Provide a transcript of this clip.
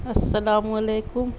السلام علیکم